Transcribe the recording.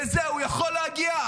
-- לזה הוא יכול להגיע,